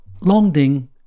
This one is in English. Longding